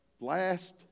last